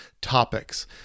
topics